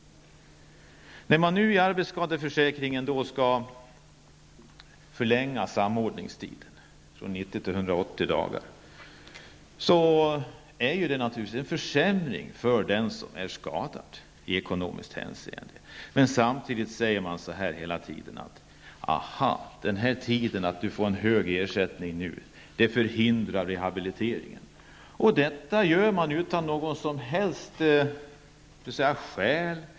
Man vill nu förlänga samordningstiden i arbetsskadeförsäkringen från 90 till 180 dagar. Det innebär naturligtvis en försämring i ekonomiskt hänseende för den som är skadad. Samtidigt säger man: Aha, att du får en hög ersättning förhindrar rehabilitering. Detta påstår man utan något bevis.